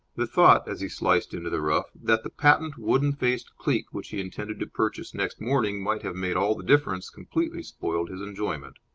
the thought, as he sliced into the rough, that the patent wooden-faced cleek which he intended to purchase next morning might have made all the difference, completely spoiled his enjoyment.